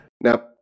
Now